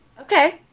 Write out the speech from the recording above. Okay